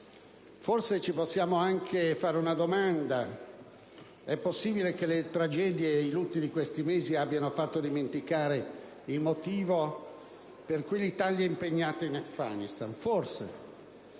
di vincere il terrorismo. E' possibile che le tragedie e i lutti di questi mesi abbiano fatto dimenticare il motivo per cui l'Italia è impegnata in Afghanistan? Forse.